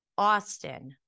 Austin